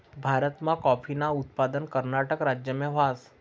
भारतमा काॅफीनं उत्पादन कर्नाटक राज्यमा व्हस